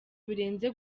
birenze